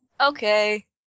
Okay